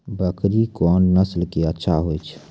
बकरी कोन नस्ल के अच्छा होय छै?